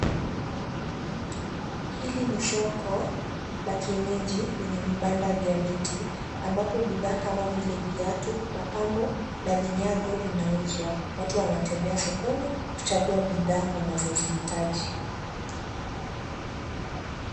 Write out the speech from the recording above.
Hili ni soko la kienyeji lenye vibanda vya miti ambapo bidhaa kama vile: viatu, mapambo na vinyago vinauzwa. Watu wanatembea sokoni kuchagua bidhaa wanazozihitaji.